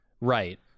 right